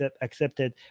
accepted